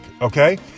okay